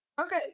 Okay